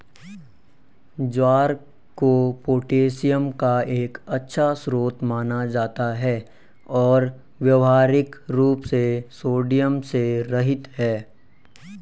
ज्वार को पोटेशियम का एक अच्छा स्रोत माना जाता है और व्यावहारिक रूप से सोडियम से रहित है